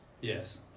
Yes